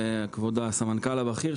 מדבריו של כבוד הסמנכ"ל הבכיר,